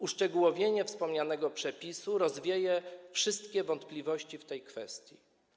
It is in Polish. Uszczegółowienie wspomnianego przepisu rozwieje wszystkie wątpliwości w tej kwestii.